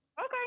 Okay